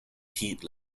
heat